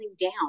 down